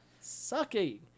Sucking